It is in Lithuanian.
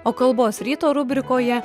o kalbos ryto rubrikoje